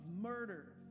murder